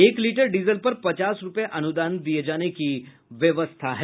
एक litre diesel पर पचास रूपये अनुदान दिये जाने की व्यवस्था है